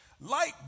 Light